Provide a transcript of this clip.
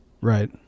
right